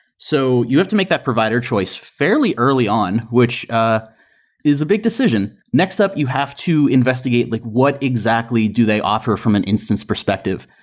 so you have to make that provider choice fairly early on, which is a big decision. next up, you have to investigate like what exactly do they offer from an instance perspective.